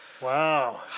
Wow